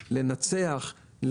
לנצח,